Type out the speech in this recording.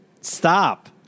stop